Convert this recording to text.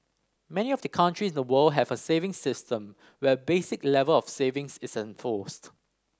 many of the countries in the world have a savings system where a basic level of savings is enforced